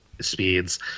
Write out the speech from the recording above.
speeds